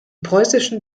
preußischen